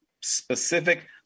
specific